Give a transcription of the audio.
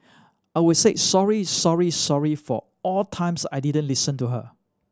I would say sorry sorry sorry for all times I didn't listen to her